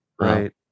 right